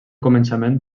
començament